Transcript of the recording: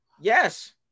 Yes